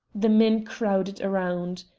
the men crowded around.